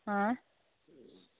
ऐं